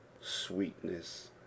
sweetness